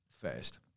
first